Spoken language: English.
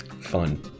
Fun